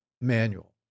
manual